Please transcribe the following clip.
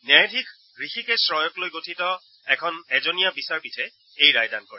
ন্যায়াধীশ হায়িকেশ ৰয়ক লৈ গঠিত এখন এজনীয়া বিচাৰপীঠে এই ৰায়দান কৰে